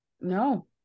No